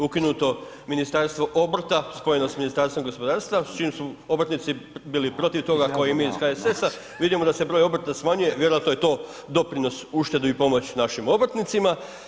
Ukinuto Ministarstvo obrta spojeno s Ministarstvom gospodarstva s čim su obrtnici bili protiv toga kao i mi iz HSS-a, vidimo da se broj obrta smanjuje vjerojatno je to doprinos uštedi i pomoći našim obrtnicima.